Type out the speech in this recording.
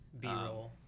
B-roll